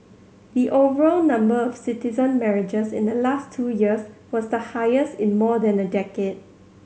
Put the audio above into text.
the overall number of citizen marriages in the last two years was the highest in more than a decade